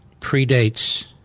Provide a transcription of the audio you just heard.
predates